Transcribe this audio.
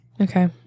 Okay